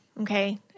okay